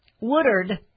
Woodard